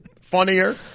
funnier